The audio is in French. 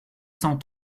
cent